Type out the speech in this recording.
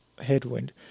headwind